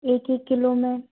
एक एक kilo ma'am